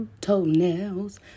toenails